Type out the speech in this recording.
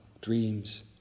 dreams